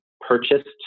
purchased